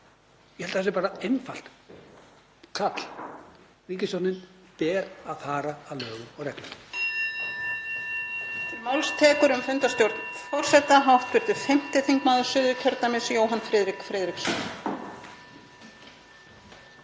Ég held að það sé bara einfalt ákall: Ríkisstjórninni ber að fara að lögum og reglum.